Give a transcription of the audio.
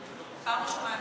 פעם ראשונה אתמול.